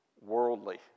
worldly